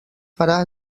farà